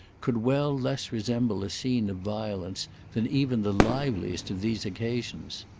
could well less resemble a scene of violence than even the liveliest of these occasions.